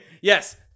Yes